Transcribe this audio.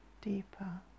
deeper